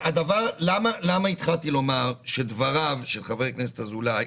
למה התחלתי לומר שדבריו של חבר הכנסת אזולאי